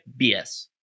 BS